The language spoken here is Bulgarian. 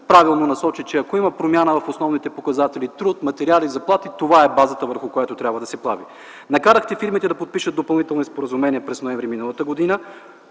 правилно насочи, че ако има промяна в основните показатели – труд, материали, заплати, това е базата, върху която трябва да се прави. Накарахте фирмите да подпишат допълнителни споразумения през м. ноември м.г.